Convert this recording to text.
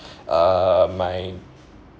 uh my